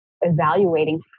evaluating